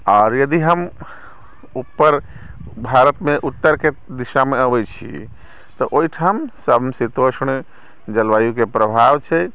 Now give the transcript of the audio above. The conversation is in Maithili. आओर यदि हम ऊपर भारतमे उत्तरके दिशामे अबै छी तऽ ओहिठाम समशीतोष्ण जलवायुके प्रभाव छै